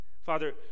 Father